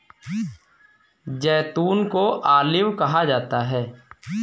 जैतून को ऑलिव कहा जाता है